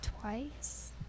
twice